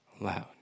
loud